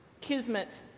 kismet